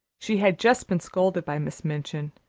she had just been scolded by miss minchin,